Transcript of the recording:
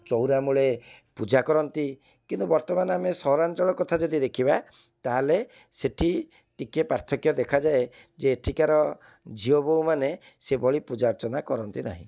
ଚଉରାମୂଳେ ପୂଜା କରନ୍ତି କିନ୍ତୁ ବର୍ତ୍ତମାନ ଆମେ ସହରାଞ୍ଚଳ କଥା ଯଦି ଦେଖିବା ତା'ହେଲେ ସେଇଠି ଟିକିଏ ପାର୍ଥକ୍ୟ ଦେଖାଯାଏ ଯେ ଏଠିକାର ଝିଅ ବୋହୂମାନେ ସେଭଳି ପୂଜା ଅର୍ଚ୍ଚନା କରନ୍ତି ନାହିଁ